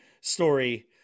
story